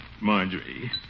Marjorie